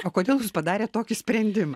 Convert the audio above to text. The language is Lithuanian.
o kodėl jūs padarėt tokį sprendim